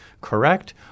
correct